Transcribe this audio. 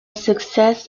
success